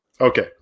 Okay